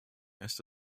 ist